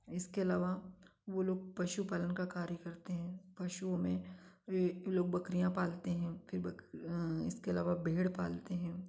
इसके अलावा वह लोग पशुपालन का कार्य करते हैं पशुओं में वह लोग बकरियाँ पालते हैं फ़िर बक इसके अलावा भेड़ पलते हैं